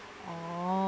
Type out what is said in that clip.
orh